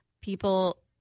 People